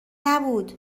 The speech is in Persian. نبود